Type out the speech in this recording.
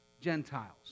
Gentiles